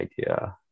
idea